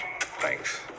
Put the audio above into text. Thanks